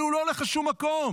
אבל הוא לא הולך לשום מקום,